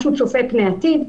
משהו צופה פני עתיד.